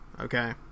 okay